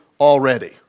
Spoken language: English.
already